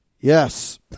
yes